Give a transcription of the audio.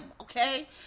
okay